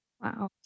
Wow